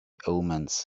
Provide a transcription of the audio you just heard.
omens